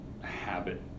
habit